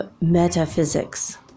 metaphysics